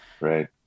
Right